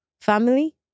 family